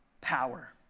power